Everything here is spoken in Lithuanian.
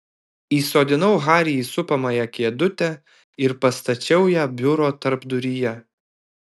įsodinau harį į supamąją kėdutę ir pastačiau ją biuro tarpduryje